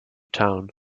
town